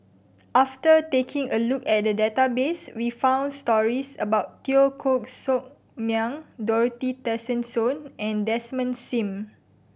after taking a look at the database we found stories about Teo Koh Sock Miang Dorothy Tessensohn and Desmond Sim